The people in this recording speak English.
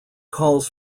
calls